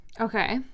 Okay